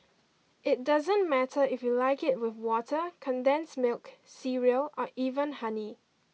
it doesn't matter if you like it with water condensed milk cereal or even honey